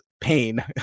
pain